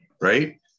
right